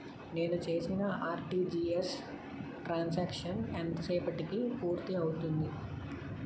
నేను చేసిన RTGS transaction ఎంత సేపటికి పూర్తి అవుతుంది?